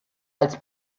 als